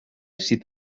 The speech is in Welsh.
sydd